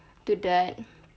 to that